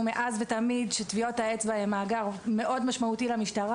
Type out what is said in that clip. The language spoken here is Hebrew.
ומאז ותמיד שטביעות האצבע הם מאגר משמעותי מאוד למשטרה.